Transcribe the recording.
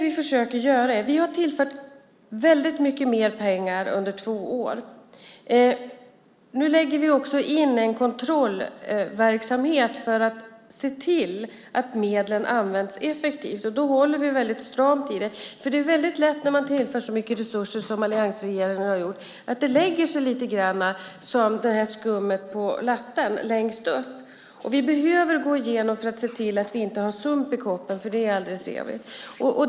Vi har tillfört väldigt mycket mer pengar under två år. Nu lägger vi också in en kontrollverksamhet för att se till att medlen använts effektivt. Vi håller väldigt stramt i det. Det är väldigt lätt när man tillför så mycket resurser som alliansregeringen har gjort att det lägger sig lite grann som skummet på latten längst upp. Vi behöver gå igenom för att se att vi inte har sump i koppen, för det är aldrig trevligt.